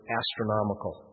astronomical